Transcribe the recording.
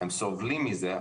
הם סובלים מזה,